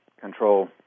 control